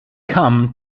come